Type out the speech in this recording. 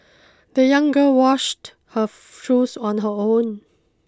the young girl washed her shoes on her own